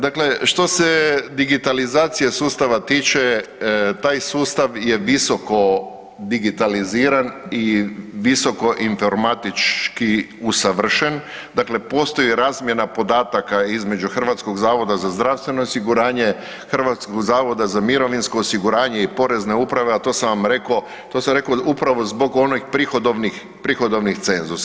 Dakle što se digitalizacije sustava tiče taj sustav je visoko digitaliziran i visoko informatički usavršen, dakle postoji razmjena podataka između Hrvatskog zavoda za zdravstveno osiguranje, Hrvatskog zavoda za mirovinsko osiguranje i Porezne uprave, a to sam vam rekao, to sam vam rekao upravo zbog onih prihodovnih cenzusa.